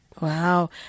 Wow